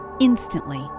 instantly